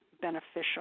beneficial